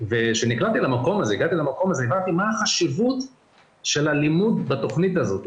וכשהגעתי למקום הזה הבנתי מה החשיבות של המקום הזה.